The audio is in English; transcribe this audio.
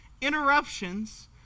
interruptions